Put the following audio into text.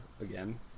again